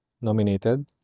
nominated